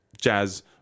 jazz